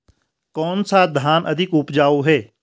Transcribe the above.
कौन सा धान अधिक उपजाऊ है?